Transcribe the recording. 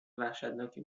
وحشتناکی